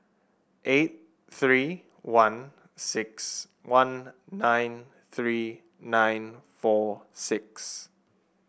eight three one six one nine three nine four six